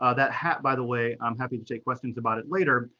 ah that hat, by the way, i'm happy to take questions about it later,